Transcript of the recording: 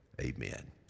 amen